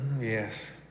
Yes